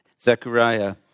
Zechariah